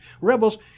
Rebels